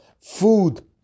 food